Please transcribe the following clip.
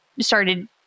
started